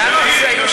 היה נציג.